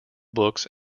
books